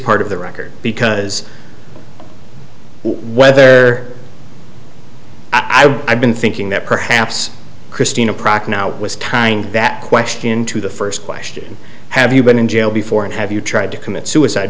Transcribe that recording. part of the record because whether or i've been thinking that perhaps christina proc now was tying that question to the first question have you been in jail before and have you tried to commit suicide